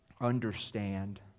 understand